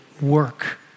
work